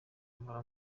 mpora